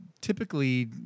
typically